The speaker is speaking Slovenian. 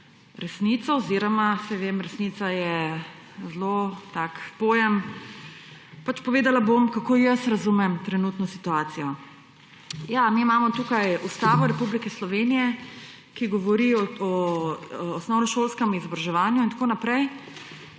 resnico oziroma, saj vem, resnica je zelo tak pojem, povedala bom pač, kako jaz razumem trenutno situacijo. Ja, tukaj imamo Ustavo Republike Slovenije, ki govori o osnovnošolskem izobraževanju in tako naprej.